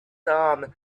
arm